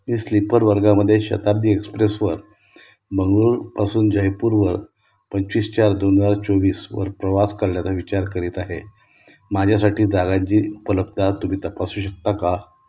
मी sleeper वर्गामध्ये शताब्दी एक्सप्रेसवर मंगळूरपासून जयपूरवर पंचवीस चार दोन हजार चोवीसवर प्रवास करण्याचा विचार करीत आहे माझ्यासाठी जागांची उपलब्धता तुम्ही तपासू शकता का